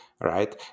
right